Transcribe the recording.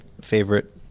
favorite